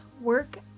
work